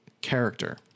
character